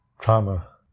trauma